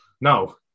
No